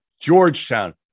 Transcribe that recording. Georgetown